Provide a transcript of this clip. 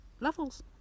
levels